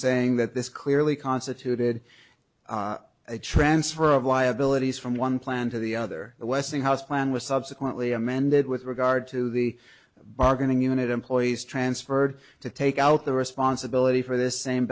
saying that this clearly constituted a transfer of liabilities from one plan to the other and westinghouse plan was subsequently amended with regard to the bargaining unit employees transferred to take out the responsibility for the same